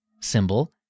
symbol